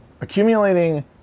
Accumulating